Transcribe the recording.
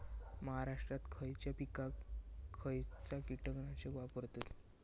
महाराष्ट्रात खयच्या पिकाक खयचा कीटकनाशक वापरतत?